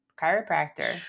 chiropractor